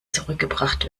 zurückgebracht